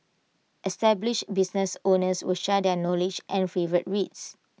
established business owners will share their knowledge and favourite reads